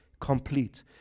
complete